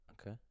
okay